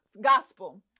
gospel